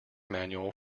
manual